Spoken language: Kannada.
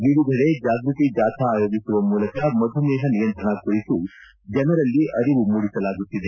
ವಿವಿಧೆಡೆ ಜಾಗೃತಿ ಜಾಥಾ ಆಯೋಜಿಸುವ ಮೂಲಕ ಮಧುಮೇಹ ನಿಯಂತ್ರಣ ಕರಿತು ಜನರಲ್ಲಿ ಅರಿವು ಮೂಡಿಸಲಾಗುತ್ತಿದೆ